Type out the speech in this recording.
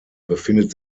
befindet